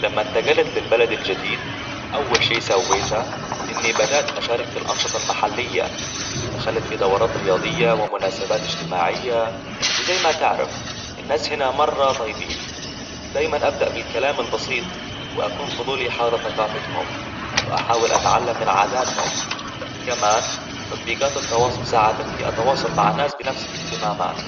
، لما انتقلت للبلد الجديد أول شيء سويته، إني بدأت أشارك في الأنشطة المحلية، دخلت في دورات رياضية ومناسبات اجتماعية، وزي ما تعرف، الناس هنا مرة طيبين. دايماً أبدأ بالكلام البسيط، وأكون فضولي حول ثقافتهم، وأحاول أتعلم من عاداتهم. كمان، تطبيقات التواصل ساعدتني أتواصل مع ناس بنفس الإهتمامات.